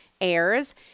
airs